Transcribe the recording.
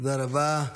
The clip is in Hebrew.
תודה רבה.